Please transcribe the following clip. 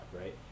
right